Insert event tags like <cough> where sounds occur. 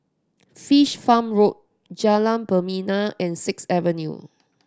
Fish Farm Road Jalan <unintelligible> and Sixth Avenue